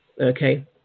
Okay